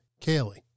Kaylee